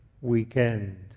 weekend